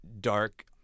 dark